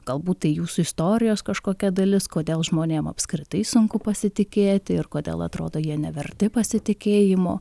galbūt tai jūsų istorijos kažkokia dalis kodėl žmonėm apskritai sunku pasitikėti ir kodėl atrodo jie neverti pasitikėjimo